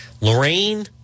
Lorraine